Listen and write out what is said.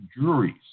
juries